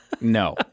No